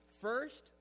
first